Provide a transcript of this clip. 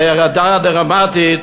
ההורדה הדרמטית,